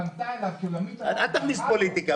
כשפנתה אליו שולמית אלוני -- אל תכניס פוליטיקה.